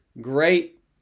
great